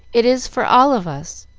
it is for all of us.